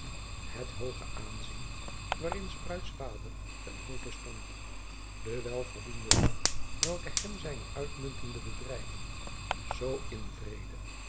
het hooge aanzien waarin s bruids vader ten hove stond de welverdiende roem welken hem zijne uitmuntende bedrijven zoo in vrede